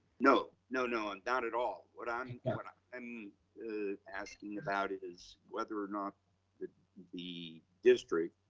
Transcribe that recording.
no, no, no. and not at all. what i mean yeah but i'm asking about is whether or not the the district,